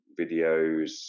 videos